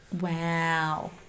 Wow